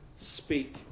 speak